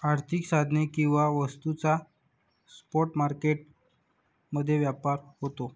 आर्थिक साधने किंवा वस्तूंचा स्पॉट मार्केट मध्ये व्यापार होतो